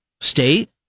state